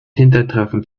hintertreffen